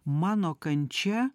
mano kančia